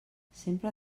sempre